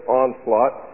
onslaught